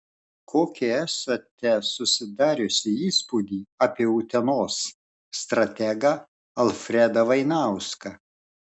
kokį esate susidariusi įspūdį apie utenos strategą alfredą vainauską